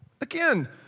Again